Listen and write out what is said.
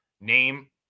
name